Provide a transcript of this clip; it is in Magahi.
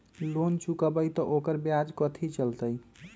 लोन चुकबई त ओकर ब्याज कथि चलतई?